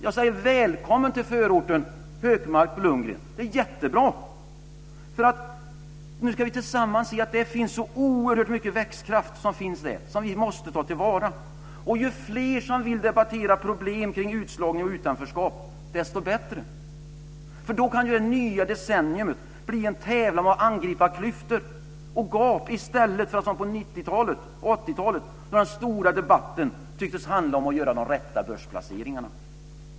Jag säger: Välkommen till förorten, Hökmark och Lundgren! Det är jättebra! Nu ska vi tillsammans se att det finns så oerhört mycket växtkraft där som vi måste ta till vara. Och ju fler som vill debattera problem kring utslagning och utanförskap, desto bättre. Då kan det i det nya decenniet bli en tävlan om att angripa klyftor och gap i stället för som på 80 och 90-talen, då de stora debatterna tycktes handla om att göra de rätta börsplaceringarna.